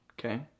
okay